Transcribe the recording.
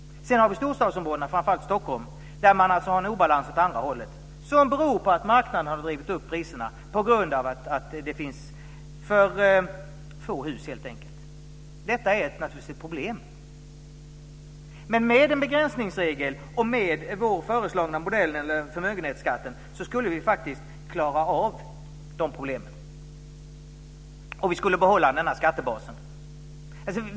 Sedan har vi storstadsområdena, framför allt Stockholm. Där har man en obalans åt andra hållet beroende på att marknaden har vridit upp priserna på grund av att det finns för få hus helt enkelt. Detta är naturligtvis ett problem. Med en begränsningsregel och med vår föreslagna modell när det gäller förmögenhetsskatten skulle vi faktiskt klara av dessa problem och behålla denna skattebas.